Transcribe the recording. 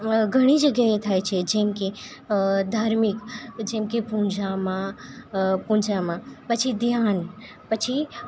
ઘણી જગ્યાએ થાય છે જેમકે ધાર્મિક જેમકે પૂજામાં પૂજામાં પછી ધ્યાન પછી